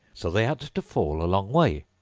so they had to fall a long way.